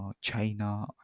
China